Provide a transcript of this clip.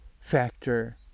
factor